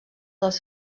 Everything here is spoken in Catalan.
dels